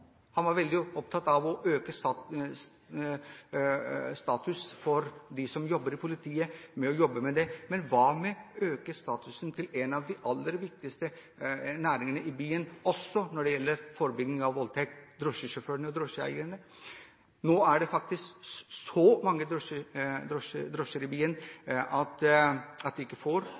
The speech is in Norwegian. veldig opptatt av å øke statusen for dem som jobber i politiet, men hva med å øke statusen til én av de aller viktigste næringene i byen når det gjelder forebygging av voldtekter – drosjesjåførene og drosjeeierne? Nå er det faktisk så mange drosjer i byen at man ikke får